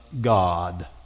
God